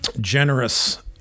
generous